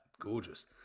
Gorgeous